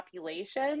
population